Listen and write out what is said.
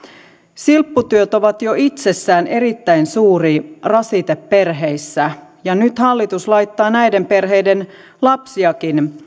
silpputyöt ovat jo itsessään erittäin suuri rasite perheissä ja nyt hallitus laittaa näiden perheiden lapsiakin